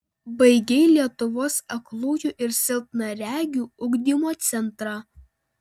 baigei lietuvos aklųjų ir silpnaregių ugdymo centrą